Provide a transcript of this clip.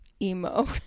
emo